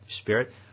spirit